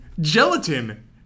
gelatin